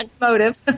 motive